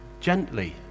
gently